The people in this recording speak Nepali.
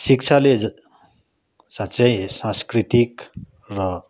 शिक्षाले साँच्चै संस्कृतिक र